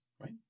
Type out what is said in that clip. right